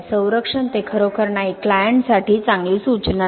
संरक्षण ते खरोखर नाही क्लायंटसाठी चांगली सूचना नाही